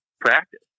practice